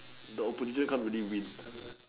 the openture come really wind